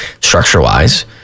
structure-wise